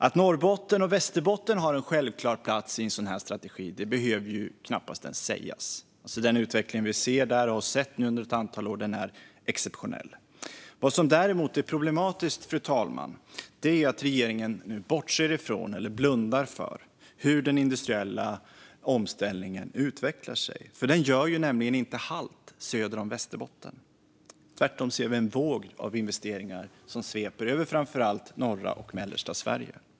Att Norrbotten och Västerbotten har en självklar plats i en sådan här strategi behöver knappast ens sägas - den utveckling vi ser och har sett där under ett antal år är exceptionell. Vad som däremot är problematiskt, fru talman, är att regeringen bortser från, eller blundar för, hur den industriella omställningen utvecklar sig. Den gör nämligen inte halt söder om Västerbotten, utan tvärtom ser vi en våg av investeringar som sveper över framför allt norra och mellersta Sverige.